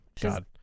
God